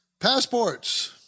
Passports